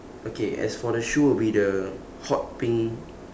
okay as for the shoe it will be the hot pink